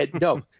no